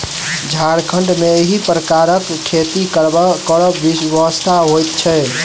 झारखण्ड मे एहि प्रकारक खेती करब विवशता होइत छै